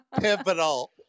Pivotal